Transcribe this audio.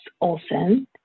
Olson